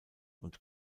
und